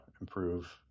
improve